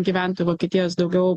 gyventojų vokietijos daugiau